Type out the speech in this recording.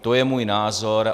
To je můj názor.